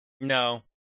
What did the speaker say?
No